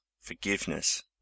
forgiveness